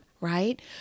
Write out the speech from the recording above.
right